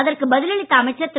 அதற்கு பதில் அளித்த அமைச்சர் திரு